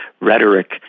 rhetoric